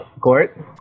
court